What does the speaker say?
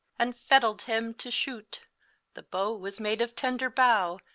and fetteled him to shoote the bow was made of tender boughe,